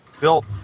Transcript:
built